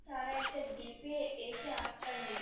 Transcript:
তারা একটা দ্বীপে এসে আশ্রয় নেয়